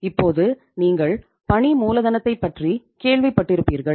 இப்போது நீங்கள் பணி மூலதனத்தைப் பற்றி கேள்விப்பட்டிருப்பீர்கள்